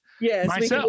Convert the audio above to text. yes